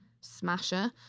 smasher